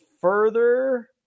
further